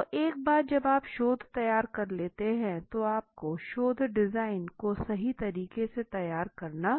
तो एक बार जब आप शोध तैयार कर लेते हैं तो आपको शोध डिजाइन को सही तरीके से तैयार करना